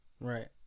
Right